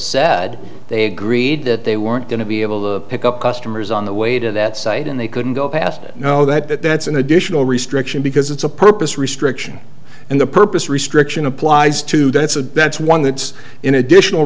said they agreed that they weren't going to be able to pick up customers on the way to that site and they couldn't go past it know that it's an additional restriction because it's a purpose restriction and the purpose restriction applies to that's a that's one that's in additional